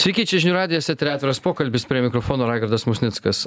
sveiki čia žinių radijas etery atviras pokalbis prie mikrofono raigardas musnickas